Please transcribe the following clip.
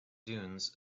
dunes